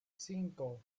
cinco